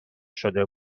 شده